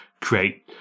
create